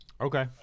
okay